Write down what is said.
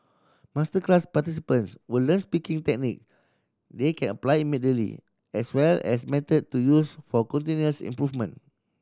masterclass participants will learn speaking technique they can apply immediately as well as method to use for continuous improvement